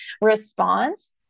response